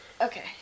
Okay